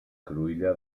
cruïlla